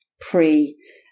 pre